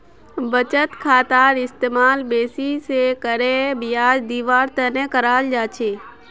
बचत खातार इस्तेमाल बेसि करे ब्याज दीवार तने कराल जा छे